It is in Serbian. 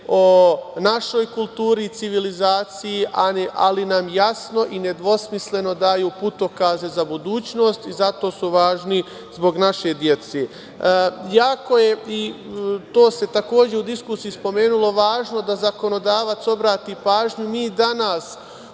o našoj kulturi i civilizaciji, ali nam jasno i nedvosmisleno daju putokaze za budućnost i zato su važni zbog naše dece. Jako je i to se takođe u diskusiji spomenulo važno da zakonodavac obrati pažnju, mi danas